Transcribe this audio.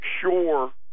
sure